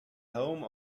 home